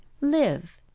Live